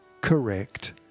correct